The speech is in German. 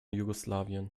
jugoslawien